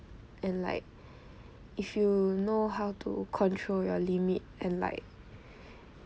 and like if you know how to control your limit and like